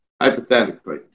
Hypothetically